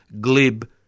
glib